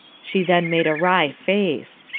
she then made a wry face.